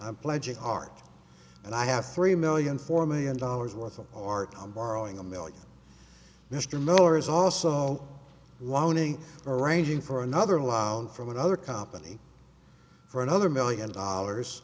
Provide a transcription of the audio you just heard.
i'm pledging art and i have three million four million dollars worth of art i'm borrowing a million mr miller is also wanting arranging for another wound from another company for another million dollars